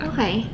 Okay